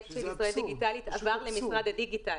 עבר למשרד הדיגיטל.